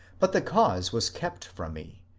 but the cause was kept from me,